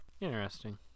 Interesting